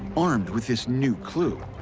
armed with this new clue,